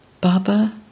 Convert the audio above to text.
Baba